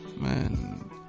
man